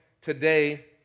today